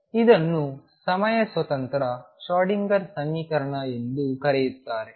ಇದನ್ನು ಸಮಯ ಸ್ವತಂತ್ರ ಶ್ರೋಡಿಂಗರ್Schrödinger ಸಮೀಕರಣ ಎಂದೂ ಕರೆಯುತ್ತಾರೆ